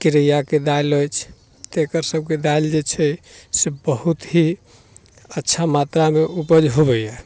केरैआके दालि अछि तऽ एकरसबके दालि जे छै से बहुत ही अच्छा मात्रामे उपज होबैए